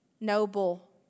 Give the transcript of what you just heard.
noble